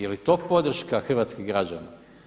Je li to podrška hrvatskih građana?